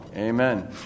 Amen